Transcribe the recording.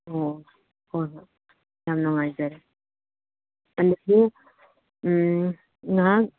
ꯑꯣ ꯍꯣꯏ ꯍꯣꯏ ꯌꯥꯝ ꯅꯨꯡꯉꯥꯏꯖꯔꯦ ꯑꯗꯁꯨ ꯉꯥꯏꯍꯥꯛ